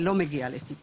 שלא מגיעה לטיפול היום.